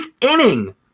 inning